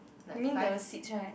you mean the seats right